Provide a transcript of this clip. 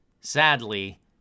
sadly